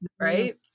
right